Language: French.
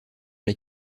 les